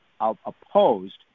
opposed